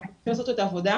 צריך לעשות עוד עבודה.